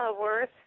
worth